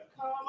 Come